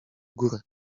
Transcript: górę